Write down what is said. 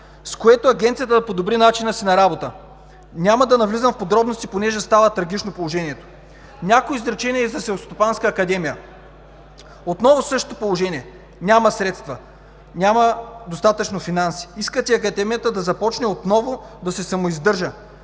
с което Агенцията да подобри начина си на работа. Няма да навлизам в подробности, понеже положението стана трагично. Няколко изречения и за Селскостопанската академия. Отново същото положение – няма средства, няма достатъчно финанси. Искате Академията да започне отново да се самоиздържа.